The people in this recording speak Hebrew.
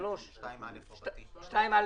שנייה.